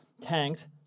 tanked